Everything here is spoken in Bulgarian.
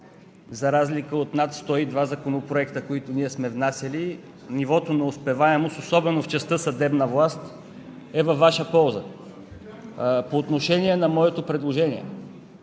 За разлика от над 102 законопроекта, които ние сме внасяли. Нивото на успеваемост, особено в частта „съдебна власт“, е във Ваша полза. По отношение на моето предложение